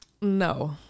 No